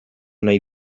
nahi